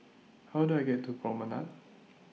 How Do I get to Promenade